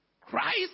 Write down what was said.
Christ